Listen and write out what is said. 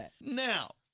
Now